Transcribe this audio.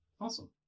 Awesome